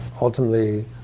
ultimately